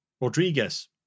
Rodriguez